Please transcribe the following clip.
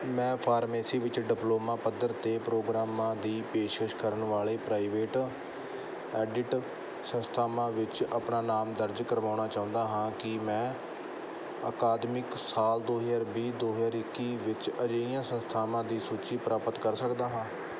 ਮੈਂ ਫਾਰਮੇਸੀ ਵਿੱਚ ਡਿਪਲੋਮਾ ਪੱਧਰ 'ਤੇ ਪ੍ਰੋਗਰਾਮਾਂ ਦੀ ਪੇਸ਼ਕਸ਼ ਕਰਨ ਵਾਲੇ ਪ੍ਰਾਈਵੇਟ ਏਡੀਡ ਸੰਸਥਾਵਾਂ ਵਿੱਚ ਆਪਣਾ ਨਾਮ ਦਰਜ ਕਰਵਾਉਣਾ ਚਾਹੁੰਦਾ ਹਾਂ ਕਿ ਮੈਂ ਅਕਾਦਮਿਕ ਸਾਲ ਦੋ ਹਜ਼ਾਰ ਵੀਹ ਦੋ ਹਜ਼ਾਰ ਇੱਕੀ ਵਿੱਚ ਅਜਿਹੀਆਂ ਸੰਸਥਾਵਾਂ ਦੀ ਸੂਚੀ ਪ੍ਰਾਪਤ ਕਰ ਸਕਦਾ ਹਾਂ